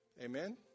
Amen